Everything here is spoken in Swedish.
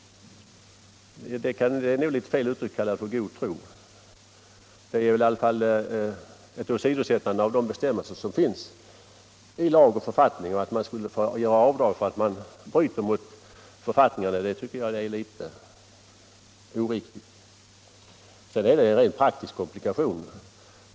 Därför är det fel uttryck när man säger att arbetsgivaren handlar i god tro. Han åsidosätter ju de bestämmelser som finns i lag och författning, alltså att han skall göra avdrag, och det måste vara helt oriktigt att bryta mot författningen i det avseendet. Vidare finns det en rent praktisk komplikation.